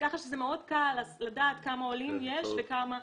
כך שזה מאוד קל לדעת כמה עולים יש וכמה אין,